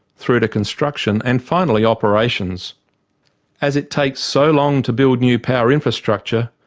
through to construction and finally operations as it takes so long to build new power infrastructure,